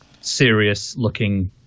serious-looking